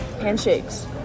Handshakes